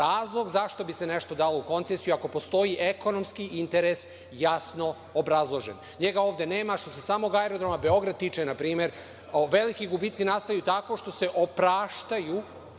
razlog zašto bi se nešto dalo u koncesiju, ako postoji ekonomski interes jasno obrazložen. NJega ovde nema. Što se samog Aerodroma „Beograd“ tiče, na primer, veliki gubici nastaju tako što se opraštaju